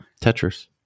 tetris